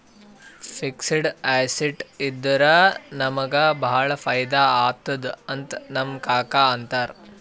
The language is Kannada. ಫಿಕ್ಸಡ್ ಅಸೆಟ್ಸ್ ಇದ್ದುರ ನಮುಗ ಭಾಳ ಫೈದಾ ಆತ್ತುದ್ ಅಂತ್ ನಮ್ ಕಾಕಾ ಅಂತಾರ್